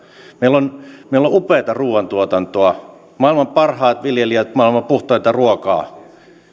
meillä on meillä on upeata ruuantuotantoa maailman parhaat viljelijät maailman puhtainta ruokaa